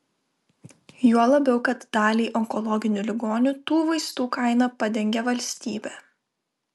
juo labiau kad daliai onkologinių ligonių tų vaistų kainą padengia valstybė